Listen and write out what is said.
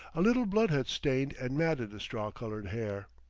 a little blood had stained and matted the straw-colored hair.